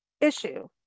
issue